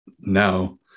now